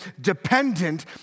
dependent